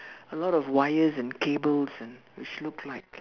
a lot of wires and cables and which looked like